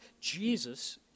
Jesus